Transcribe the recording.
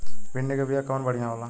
भिंडी के बिया कवन बढ़ियां होला?